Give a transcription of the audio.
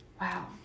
Wow